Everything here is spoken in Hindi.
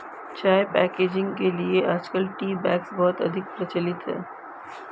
चाय पैकेजिंग के लिए आजकल टी बैग्स बहुत अधिक प्रचलित है